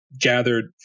gathered